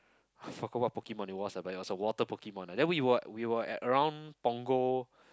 forget what Pokemon eh what's about eh so water Pokemon lah then we were we were at around Punggol